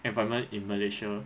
environment in malaysia